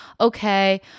Okay